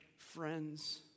Friends